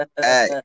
Hey